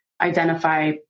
identify